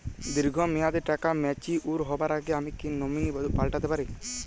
দীর্ঘ মেয়াদি টাকা ম্যাচিউর হবার আগে আমি কি নমিনি পাল্টা তে পারি?